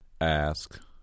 Ask